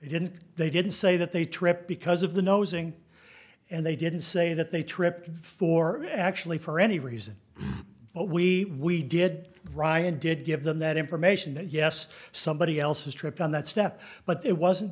didn't they didn't say that they tripped because of the nosing and they didn't say that they tripped for actually for any reason but we did ryan did give them that information that yes somebody else has tripped on that step but it wasn't